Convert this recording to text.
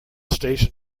station